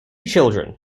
children